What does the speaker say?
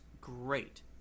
great